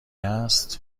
است